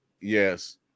yes